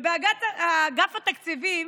ובאגף התקציבים